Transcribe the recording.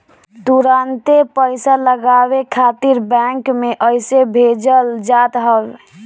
तुरंते पईसा लगावे खातिर बैंक में अइसे भेजल जात ह